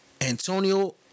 Antonio